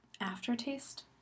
aftertaste